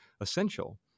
essential